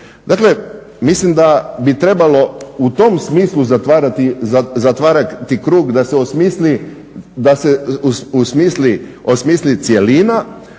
Dakle, mislim da bi trebalo u tom smislu zatvarati krug da se osmisli cjelina,